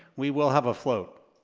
we will have a float,